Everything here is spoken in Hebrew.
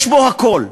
יש בו הכול,